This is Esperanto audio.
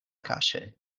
kaŝe